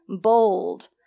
bold